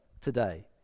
today